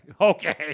Okay